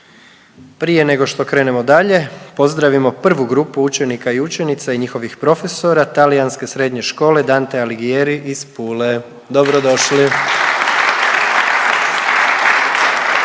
prije nego što vam dam riječ pozdravimo i drugu grupu učenika, učenica i profesora Talijanske srednje škole Dante Alighieri iz Pule. Dobrodošli.